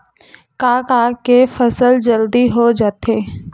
का का के फसल जल्दी हो जाथे?